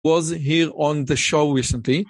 הוא היה פה בתוכנית לאחרונה.